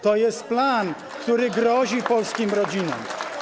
To jest plan, który grozi polskim rodzinom.